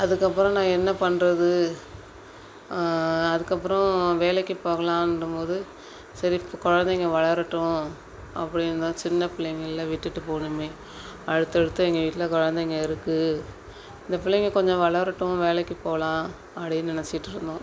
அதுக்கப்புறம் நான் என்ன பண்ணுறது அதுக்கப்புறம் வேலைக்கு போகலான்னும் போது சரி இப்போ குழந்தைங்க வளரட்டும் அப்டின்னு தான் சின்ன பிள்ளைங்கல்ல விட்டுட்டு போகணுமே அடுத்து அடுத்து எங்கள் வீட்டில் குழந்தைங்க இருக்குது இந்த பிள்ளைங்க கொஞ்சம் வளரட்டும் வேலைக்கு போகலாம் அப்படின்னு நெனைச்சிட்டுருந்தோம்